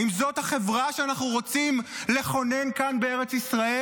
האם זאת החברה שאנחנו רוצים לכונן כאן בארץ ישראל?